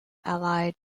allied